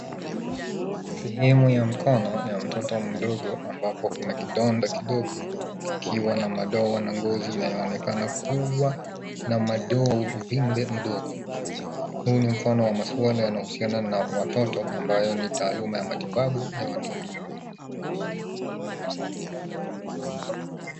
Sehemu ya mkono ya mtoto mdogo ambapo kuna kidonda kidogo. Kikiwa na madoa na ngozi inayoonekana kuwa na madoa uvimbe mdogo. Huu ni mfano wa masuala yanayohusiana na watoto ambayo ni taaluma ya matibabu ya watoto.